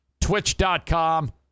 twitch.com